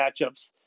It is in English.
matchups